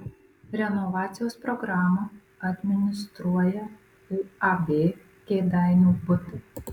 renovacijos programą administruoja uab kėdainių butai